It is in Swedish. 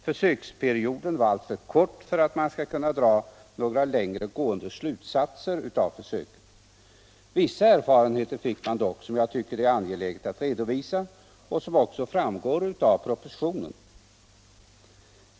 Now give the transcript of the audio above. Försöksperioden var emellertid alltför kort för att man skall kunna dra några längre gående slutsatser av försöket. Vissa erfarenheter fick man dock, som jag tycker det är angeläget att redovisa och som också framgår av propositionen.